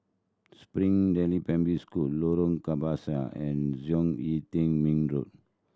Springdale Primary School Lorong Kebasi and Zhong Yi Tian Ming Road